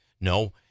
No